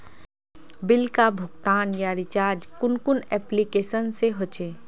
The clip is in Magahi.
बिल का भुगतान या रिचार्ज कुन कुन एप्लिकेशन से होचे?